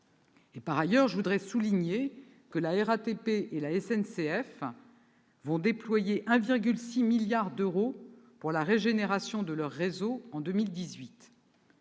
Par ailleurs, je tiens à rappeler que la RATP et la SNCF déploieront 1,6 milliard d'euros pour la régénération de leur réseau en 2018.